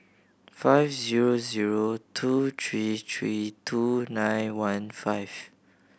five zero zero two three three two nine one five